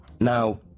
now